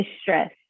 stress